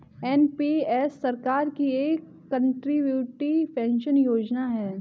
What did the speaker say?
NPS सरकार की एक कंट्रीब्यूटरी पेंशन योजना है